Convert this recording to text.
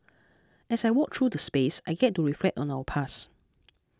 as I walk through the space I get to reflect on our past